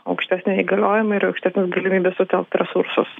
aukštesni įgaliojimai ir aukštesnės galimybės sutelkt resursus